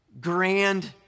grand